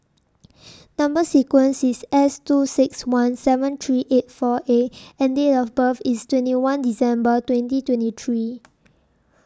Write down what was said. Number sequence IS S two six one seven three eight four A and Date of birth IS twenty one December twenty twenty three